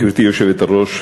גברתי היושבת-ראש,